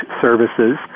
services